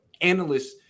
analysts